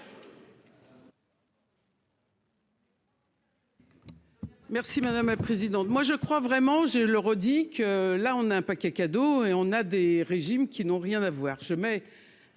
Merci madame la présidente, moi je crois vraiment, j'ai le Roddick. Là on a un paquet cadeau et on a des régimes qui n'ont rien à voir